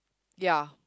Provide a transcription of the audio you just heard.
ya